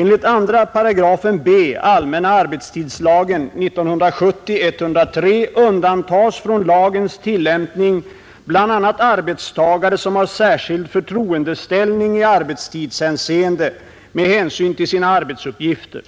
Enligt 2 § b allmänna arbetstidslagen undantas från lagens tillämpning bl.a. arbetstagare som har särskild förtroendeställning i arbetstidshänseende med hänsyn till sina arbetsuppgifter.